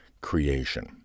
creation